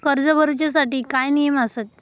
कर्ज भरूच्या साठी काय नियम आसत?